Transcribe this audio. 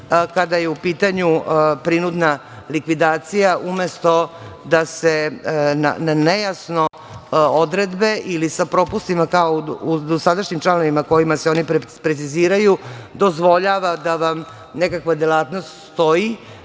kada je u pitanju prinudna likvidacija, umesto da se na nejasne odredbe ili sa propustima, kao u dosadašnjim članovima kojima se oni preciziraju, dozvoljava da vam nekakva delatnost stoji,